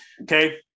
Okay